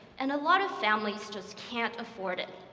and a lot of families just can't afford it.